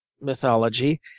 mythology